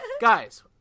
Guys